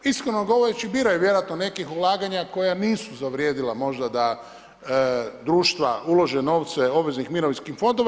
Iskreno govoreći biraju vjerojatno nekih ulaganja koja nisu zavrijedila možda da društva ulože novce obveznih mirovinskih fondova.